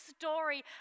story